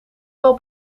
wel